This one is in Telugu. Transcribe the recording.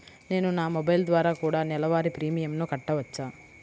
నేను నా మొబైల్ ద్వారా కూడ నెల వారి ప్రీమియంను కట్టావచ్చా?